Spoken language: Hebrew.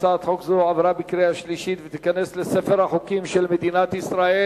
הצעת חוק זו עברה בקריאה שלישית ותיכנס לספר החוקים של מדינת ישראל.